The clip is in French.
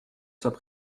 soient